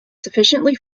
sufficiently